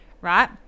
right